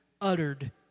uttered